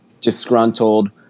disgruntled